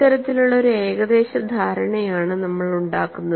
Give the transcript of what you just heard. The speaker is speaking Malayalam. ഇത്തരത്തിലുള്ള ഏകദേശ ധാരണയാണ് നമ്മൾ ഉണ്ടാക്കുന്നത്